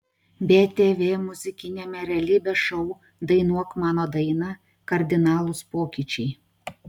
btv muzikiniame realybės šou dainuok mano dainą kardinalūs pokyčiai